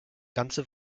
ganze